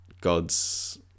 God's